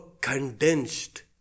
condensed